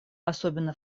особенно